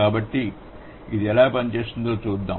కాబట్టి ఇది ఎలా పనిచేస్తుందో చూద్దాం